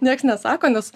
nieks nesako nes